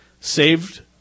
saved